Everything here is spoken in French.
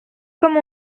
comme